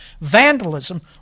vandalism